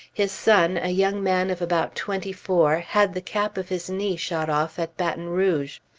his son, a young man of about twenty-four, had the cap of his knee shot off at baton rouge.